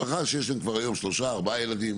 משפחה שיש להם כבר היום 3-4 ילדים,